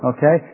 Okay